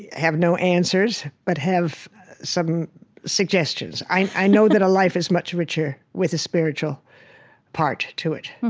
have no answers but have some suggestions. i know that a life is much richer with a spiritual part to it.